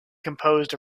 composed